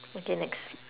okay next